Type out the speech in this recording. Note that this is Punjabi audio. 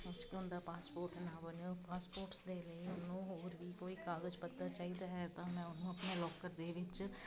ਮੁਸ਼ਕਲ ਦਾ ਪਾਸਪੋਰਟ ਨਾ ਬਣੇ ਪਾਸਪੋਰਟ ਦੇ ਲਈ ਉਹਨੂੰ ਹੋਰ ਵੀ ਕੋਈ ਕਾਗਜ ਪੱਤਰ ਚਾਹੀਦਾ ਹੈ ਤਾਂ ਮੈਂ ਉਹਨੂੰ ਆਪਣੇ ਲੋਕਰ ਦੇ ਵਿੱਚ